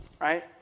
Right